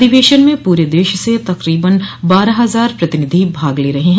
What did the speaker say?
अधिवेशन में पूरे देश स तकरीबन बारह हजार प्रतिनिधि भाग ले रहे हैं